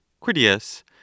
Critias